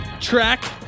track